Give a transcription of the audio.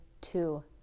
two